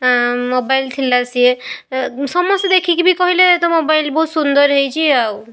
mobile ଥିଲା ସିଏ ସମସ୍ତେ ଦେଖିକି ବି କହିଲେ ତୋ ମୋବାଇଲ୍ ବହୁତ ସୁନ୍ଦର ହେଇଛି ଆଉ